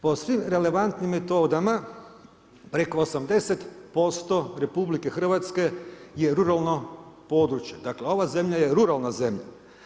Po svim relevantnim metodama preko 80% RH je ruralno područje, dakle ova zemlja je ruralna zemlja.